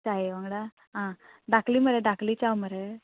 चाये वांगडा आं दाकली मरे दाकली चाव मरे